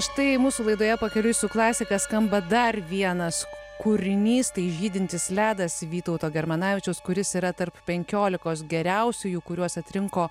štai mūsų laidoje pakeliui su klasika skamba dar vienas kūrinys tai žydintis ledas vytauto germanavičiaus kuris yra tarp penkiolikos geriausiųjų kuriuos atrinko